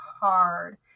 hard